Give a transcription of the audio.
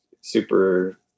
super